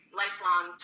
lifelong